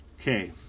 Okay